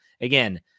again